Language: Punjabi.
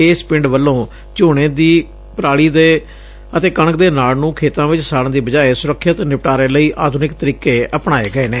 ਇਸ ਪਿੰਡ ਵੱਲੋਂ ਝੋਨੇ ਦੀ ਪਰਾਲੀ ਅਤੇ ਕਣਕ ਦੇ ਨਾੜ ਨੂੰ ਖੇਤਾਂ ਵਿਚ ਸਾੜਨ ਦੀ ਬਜਾਏ ਸੁਰੱਖਿਅਤ ਨਿਪਟਾਰੇ ਲਈ ਆਧੁਨਿਕ ਤਰੀਕੇ ਅਪਣਾਏ ਗਏ ਨੇ